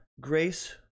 grace